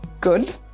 good